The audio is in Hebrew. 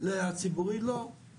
לציבורי לא,